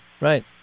Right